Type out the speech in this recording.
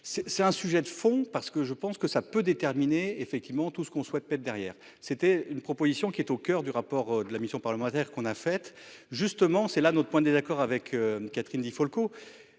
c'est un sujet de fond parce que je pense que ça peut déterminer effectivement tout ce qu'on souhaite mettre derrière. C'était une proposition qui est au coeur du rapport de la mission parlementaire qu'on a fait justement, c'est là notre point de désaccord avec Catherine Di Folco.